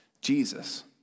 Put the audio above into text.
Jesus